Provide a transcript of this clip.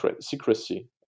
secrecy